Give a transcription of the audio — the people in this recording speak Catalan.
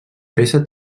peça